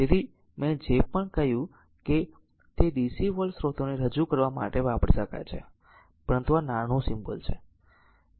તેથી મેં જે પણ કહ્યું તે DC વોલ્ટેજ સ્ત્રોતને રજૂ કરવા માટે વાપરી શકાય છે પરંતુ આ આનું સિમ્બોલ છે